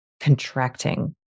contracting